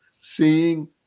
Seeing